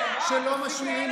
זה תעמולה,